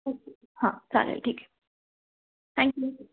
okay हां चालेल ठीक आहे थँक्यू